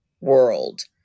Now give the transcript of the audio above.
world